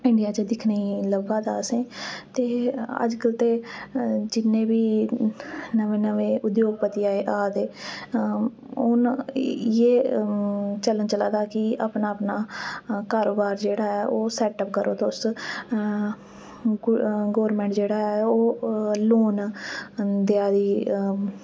India च दिक्खनें गी लब्भा दा असें ते अजकल्ल ते जिन्ने वी नवें नवें उधोगपति आए आ दे हून इयै चलन चला दा कि अपना अपना कारोबार जेह्ड़ा ऐ ओह् सैट करो तुस गौरमैंट जेह्ड़ा ऐ ओह् लोन देआ दी